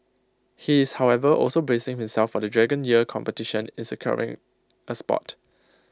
he is however also bracing himself for the dragon year competition is caring A spot